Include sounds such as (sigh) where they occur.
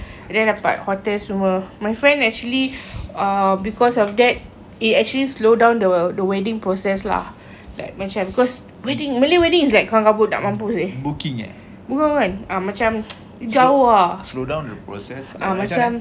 and then dapat hotel semua my friend actually uh because of that it actually slow down the the wedding process lah like macam because wedding malay weddings like kelam-kabut nak mampus leh bukan bukan uh macam (noise) jauh ah ah macam